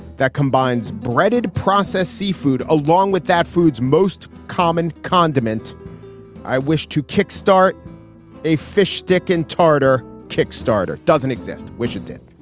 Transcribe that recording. that combines breaded processed seafood along with that food's most common condiment i wish to kickstart a fish stick and tartar. kickstarter doesn't exist which it did.